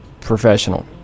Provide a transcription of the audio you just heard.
professional